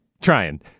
trying